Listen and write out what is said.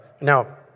Now